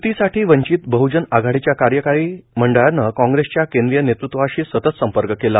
य्रतीसाठी वंचित बद्दजन आघाडीच्या कार्यकारी मंडळनं काँग्रेसच्या केंद्रीय नेतृत्वाशी सतत संपर्क केला